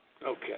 Okay